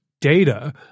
data